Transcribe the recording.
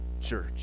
church